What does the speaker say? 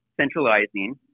centralizing